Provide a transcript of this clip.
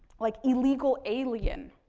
like illegal alien,